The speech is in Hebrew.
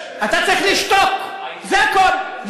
אתה צריך לשתוק, זה הכול.